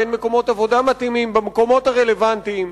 ואין מקומות עבודה מתאימים במקומות הרלוונטיים,